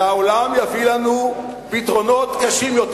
והעולם יביא לנו פתרונות קשים יותר.